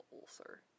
ulcer